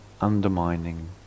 undermining